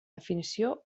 definició